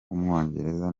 w’umwongereza